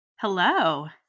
Hello